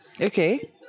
Okay